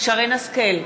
שרן השכל,